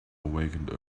awakened